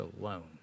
alone